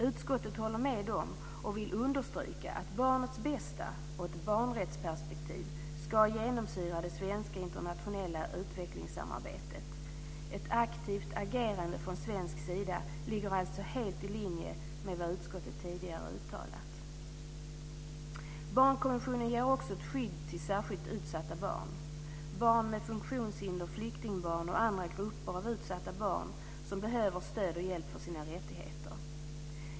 Utskottet håller med om och vill understryka att barnets bästa och ett barnrättsperspektiv ska genomsyra det svenska internationella utvecklingssamarbetet. Ett aktivt agerande från svensk sida ligger alltså helt i linje med vad utskottet tidigare uttalat. Barnkonventionen ger också ett skydd till särskilt utsatta barn - barn med funktionshinder, flyktingbarn och andra grupper av utsatta barn som behöver stöd och hjälp för sina rättigheter.